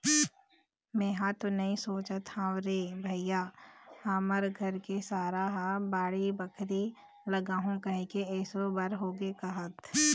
मेंहा तो नइ सोचत हव रे भइया हमर घर के सारा ह बाड़ी बखरी लगाहूँ कहिके एसो भर होगे कहत